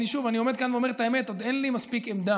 אני עומד כאן ואומר את האמת: עוד אין לי מספיק עמדה.